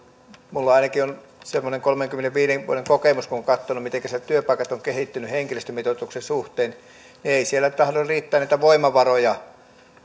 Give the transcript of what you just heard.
minulla ainakin on semmoinen kolmenkymmenenviiden vuoden kokemus kun on katsonut miten ovat työpaikat kehittyneet henkilöstömitoituksen suhteen niin ei siellä tahdo riittää niitä voimavaroja